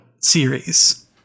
series